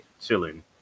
chilling